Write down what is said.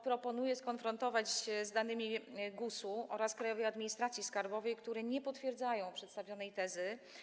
Proponuję skonfrontować to z danymi GUS-u oraz Krajowej Administracji Skarbowej, które nie potwierdzają przedstawionej tezy.